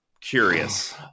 curious